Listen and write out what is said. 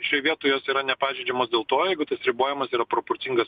šioj vietoj jos yra nepažeidžiamos dėl to jeigu tas ribojimas yra proporcingas